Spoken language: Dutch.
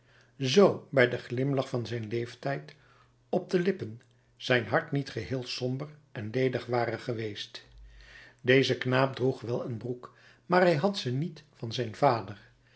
zoo bij den glimlach van zijn leeftijd op de lippen zijn hart niet geheel somber en ledig ware geweest deze knaap droeg wel een broek maar hij had ze niet van zijn vader